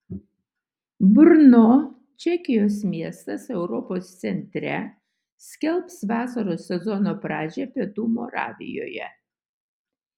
brno čekijos miestas europos centre skelbs vasaros sezono pradžią pietų moravijoje